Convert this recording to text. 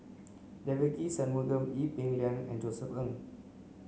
Devagi Sanmugam Ee Peng Liang and Josef Ng